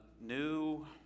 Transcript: New